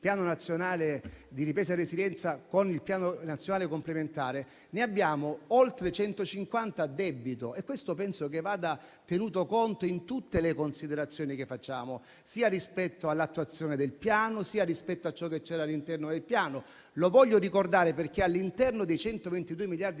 Piano nazionale di ripresa e resilienza con il Piano nazionale complementare, ne abbiamo oltre 150 a debito e di questo penso che vada tenuto conto in tutte le considerazioni che facciamo sia rispetto all'attuazione del Piano, sia rispetto a ciò era contenuto all'interno del Piano. Lo voglio ricordare perché all'interno dei 122 miliardi